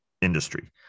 industry